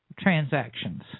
transactions